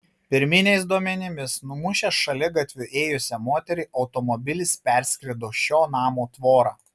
pirminiais duomenimis numušęs šaligatviu ėjusią moterį automobilis perskrido šio namo tvorą